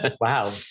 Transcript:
Wow